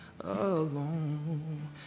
Alone